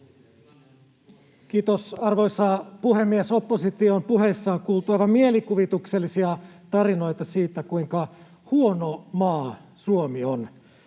Kiitos, arvoisa puhemies! Opposition puheissa on kuultu aivan mielikuvituksellisia tarinoita siitä, kuinka huono maa Suomi on.